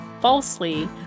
falsely